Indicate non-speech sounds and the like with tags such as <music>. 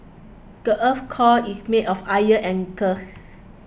the earth's core is made of iron and <noise>